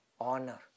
honor